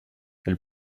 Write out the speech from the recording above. elle